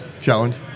Challenge